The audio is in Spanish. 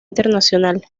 internacional